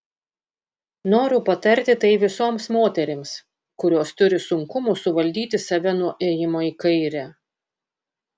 noriu patarti tai visoms moterims kurios turi sunkumų suvaldyti save nuo ėjimo į kairę